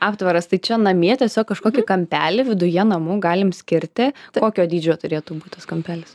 aptvaras tai čia namie tiesiog kažkokį kampelį viduje namų galim skirti kokio dydžio turėtų būt tas kampelis